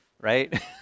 right